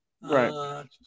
Right